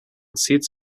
seats